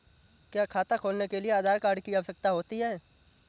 क्या खाता खोलने के लिए आधार कार्ड की आवश्यकता होती है?